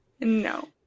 No